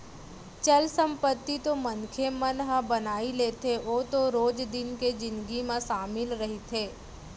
चल संपत्ति तो मनखे मन ह बनाई लेथे ओ तो रोज दिन के जिनगी म सामिल रहिथे